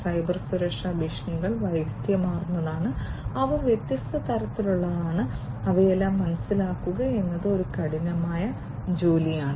cyber സുരക്ഷാ ഭീഷണികൾ വൈവിധ്യമാർന്നതാണ് അവ വ്യത്യസ്ത തരത്തിലുള്ളവയാണ് അവയെല്ലാം മനസ്സിലാക്കുക എന്നത് ഒരു കഠിനമായ ജോലിയാണ്